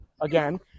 again